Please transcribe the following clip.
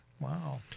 Wow